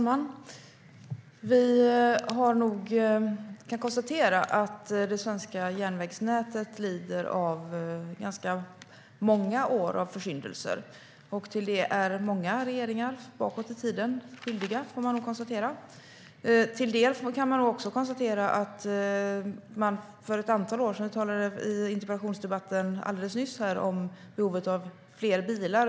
Herr talman! Vi kan konstatera att det svenska järnvägsnätet lider av ganska många år av försyndelser. Till det är många regeringar bakåt i tiden skyldiga. I interpellationsdebatten alldeles nyss talades om behovet av fler bilar.